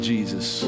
Jesus